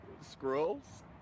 Scrolls